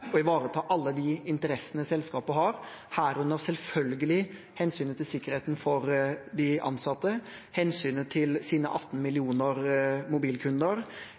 å ivareta alle de interessene selskapet har, herunder selvfølgelig også sikkerheten for de ansatte, hensynet til 18 millioner mobilkunder,